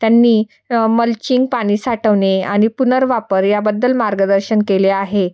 त्यांनी मलचिंग पाणी साठवणे आणि पुनर्वापर याबद्दल मार्गदर्शन केले आहे